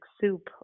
soup